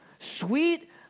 Sweet